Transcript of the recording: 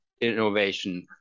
innovation